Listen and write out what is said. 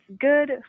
good